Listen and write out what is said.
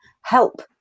help